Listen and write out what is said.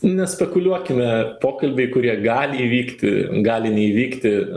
nespekuliuokime pokalbiai kurie gali įvykti gali neįvykti